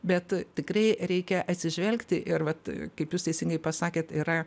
bet tikrai reikia atsižvelgti ir vat kaip jūs teisingai pasakėt yra